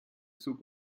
zug